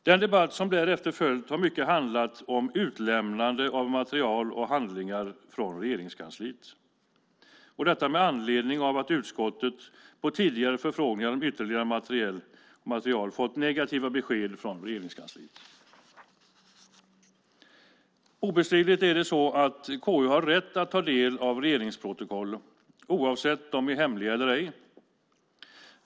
Den debatt som därefter följt har mycket handlat om utlämnande av material och handlingar från Regeringskansliet - detta med anledning av att utskottet på tidigare förfrågningar om ytterligare material fått negativa besked från Regeringskansliet. Obestridligt är det så att KU har rätt att ta del av regeringsprotokollen oavsett om de är hemliga eller ej.